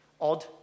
odd